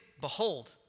behold